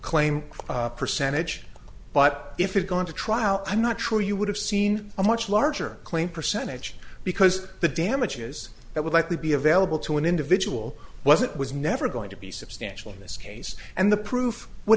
claim percentage but if it gone to trial i'm not sure you would have seen a much larger claim percentage because the damages that would likely be available to an individual was it was never going to be substantial in this case and the proof would